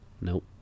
Nope